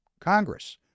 Congress